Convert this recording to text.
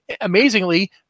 amazingly